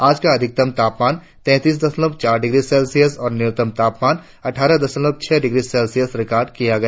आज का अधिकतम तापमान तैतीस दशमलव चार डिग्री सेल्सियस और न्यूनतम तापमान अट्ठारह दशमलव छह डिग्री सेल्सियस रिकार्ड किया गया